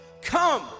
come